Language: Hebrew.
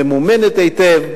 ממומנת היטב,